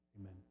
amen